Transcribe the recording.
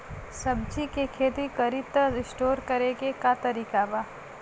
सब्जी के खेती करी त स्टोर करे के का तरीका बा?